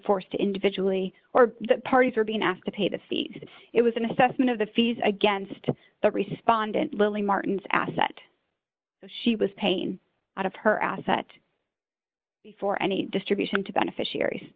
forced to individually or the parties were being asked to pay the fees it was an assessment of the fees against the respondent lily martin's asset she was paying out of her asset before any distribution to beneficiaries